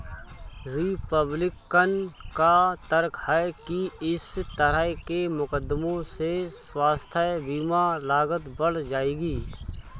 Republican का तर्क है कि इस तरह के मुकदमों से स्वास्थ्य बीमा लागत बढ़ जाएगी